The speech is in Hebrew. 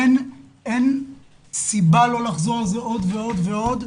אין סיבה לא לחזור על זה עוד ועוד ועוד,